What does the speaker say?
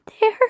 there